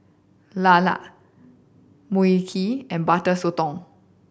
lala Mui Kee and Butter Sotong